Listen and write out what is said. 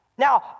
Now